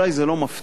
ואולי זה לא מפתיע